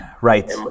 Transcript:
Right